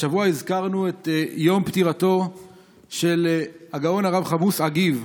השבוע הזכרנו את יום פטירתו של הגאון הרב כמוס עגיב,